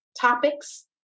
topics